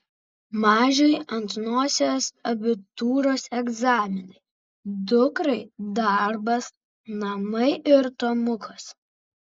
mažiui ant nosies abitūros egzaminai dukrai darbas namai ir tomukas